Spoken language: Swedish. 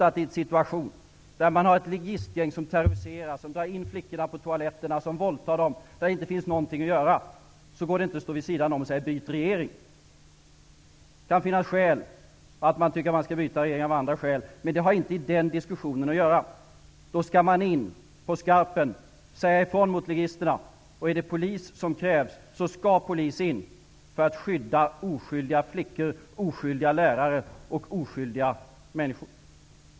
I en situation där man har ett ligistgäng som terroriserar, som drar in flickorna på toaletterna, som våldtar dem, och där det inte finns någonting att göra, går det inte -- hur mycket man än tycker att man skall utnyttja detta partipolitiskt -- att stå vid sidan om och säga: Byt regering. Det kan tänkas att man av andra skäl anser att man skall byta regering. Men det har inte i denna diskussion att göra. Man skall ingripa mot ligisterna och säga ifrån på skarpen. Är det polis som krävs skall polis sättas in för att skydda oskyldiga flickor, oskyldiga lärare och oskyldiga människor.